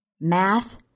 Math